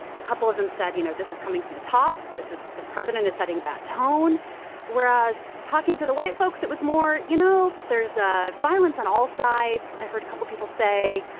a couple of them said, you know, this is coming from the top. this is the president is setting a bad tone whereas talking to the white folks, it was more, you know, there's ah violence on all sides. i heard a couple of people say,